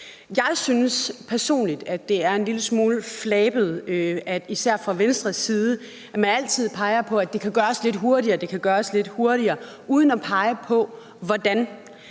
Jeg synes personligt, at det er en lille smule flabet, at man især fra Venstres side altid peger på, at det kan gøres lidt hurtigere, uden at pege på hvordan,